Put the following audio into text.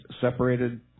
separated